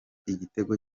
igitego